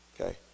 Okay